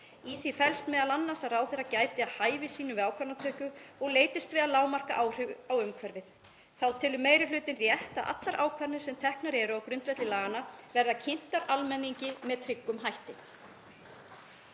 Í því felst m.a. að ráðherra gæti að hæfi sínu við ákvörðunartöku og leitist við að lágmarka áhrif á umhverfið. Þá telur meiri hlutinn rétt að allar ákvarðanir sem teknar eru á grundvelli laganna verði kynntar almenningi með tryggum hætti.“